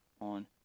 on